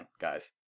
guys